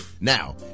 Now